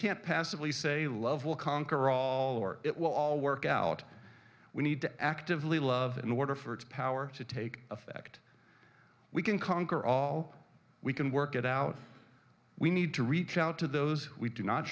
can't passively say love will conquer all or it will all work out we need to actively love it in order for its power to take effect we can conquer all we can work it out we need to reach out to those we do not